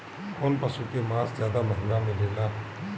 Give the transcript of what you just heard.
कौन पशु के मांस ज्यादा महंगा मिलेला?